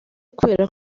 kubera